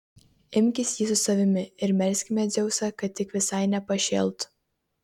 imkis jį su savimi ir melskime dzeusą kad tik visai nepašėltų